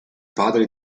padre